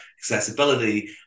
accessibility